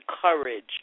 courage